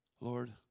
Lord